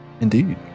Indeed